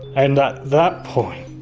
and at that point,